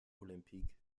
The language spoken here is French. olympiques